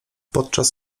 podczas